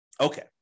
Okay